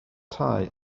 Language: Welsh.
tai